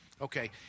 Okay